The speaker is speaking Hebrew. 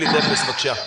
אלי דפס, בבקשה.